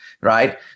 right